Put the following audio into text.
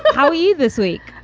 how are you this week?